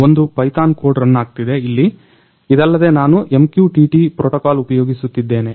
ಒಂದು Python code run ಆಗ್ತಿದೆ ಇಲ್ಲಿ ಇದಲ್ಲದೆ ನಾನು MQTT ಪ್ರೊಟೊಕಲ್ ಉಪಯೋಗಿಸುತ್ತಿದ್ದೇನೆ